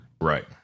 Right